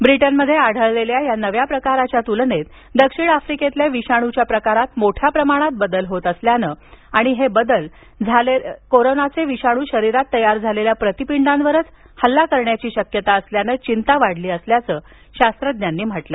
ब्रिटनमध्ये आढळलेल्या नव्या प्रकाराच्या तुलनेत दक्षिण आफ्रिकेतला विषाणूच्या प्रकारात मोठ्या प्रमाणात बदल होत असल्यानं आणि हे बदल झालेले कोरोनाचे विषाणू शरीरात तयार झालेल्या प्रतिपिंडांवरच हल्ला करण्याची शक्यता असल्यानं चिंता वाढली असल्याचं शास्त्रज्ञांनी सांगितलं